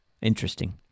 Interesting